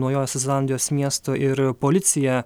naujosios zelandijos miesto ir policija